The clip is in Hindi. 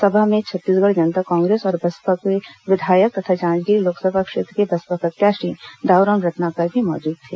सभा में छत्तीसगढ़ जनता कांग्रेस और बसपा के विधायक तथा जांजगीर लोकसभा क्षेत्र से बसपा प्रत्याशी दाऊराम रत्नाकर भी मौजूद थे